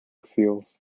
fuels